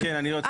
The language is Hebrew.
כן, בבקשה.